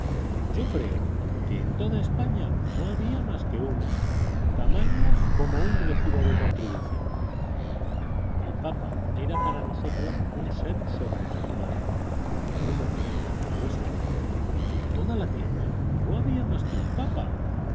yo creo que en toda españa no había más que uno tamaño como un recibo de contribución el papa era para nosotros un ser sobrenatural no un hombre de carne y hueso en toda la tierra no había más que un papa